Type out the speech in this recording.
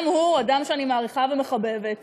גם הוא אדם שאני מעריכה ומחבבת,